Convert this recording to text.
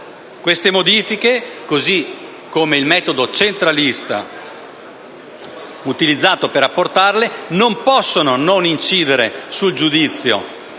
Queste modifiche, così come il metodo centralista utilizzato per apportarle, non possono non incidere sul giudizio